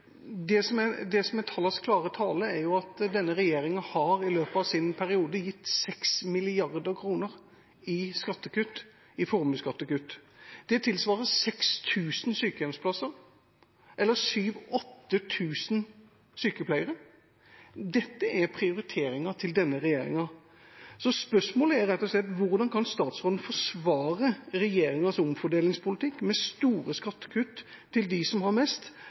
Det som er tallenes klare tale, er at denne regjeringa i løpet av sin periode har gitt 6 mrd. kr i formuesskattekutt. Det tilsvarer 6 000 sykehjemsplasser eller 7 000–8 000 sykepleiere. Dette er prioriteringer til denne regjeringa. Spørsmålet er rett og slett hvordan statsråden kan forsvare regjeringas omfordelingspolitikk med store skattekutt til dem som har mest,